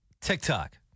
TikTok